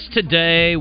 today